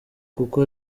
kuko